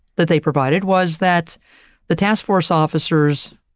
that they provided, was that the task force officer's,